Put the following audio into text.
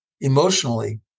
emotionally